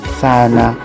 sana